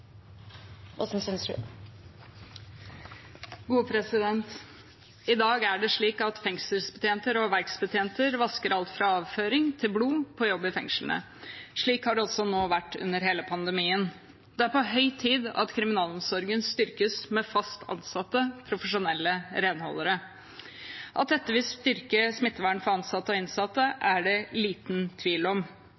det slik at fengselsbetjenter og verksbetjenter vasker alt fra avføring til blod på jobb i fengslene. Slik har det også vært under hele pandemien. Det er på høy tid at kriminalomsorgen styrkes med fast ansatte profesjonelle renholdere. At dette vil styrke smittevernet for ansatte og innsatte,